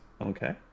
Okay